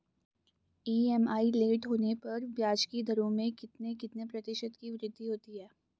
EMI late होने पर ब्याज की दरों में कितने कितने प्रतिशत की वृद्धि होती है?